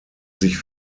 sich